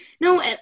No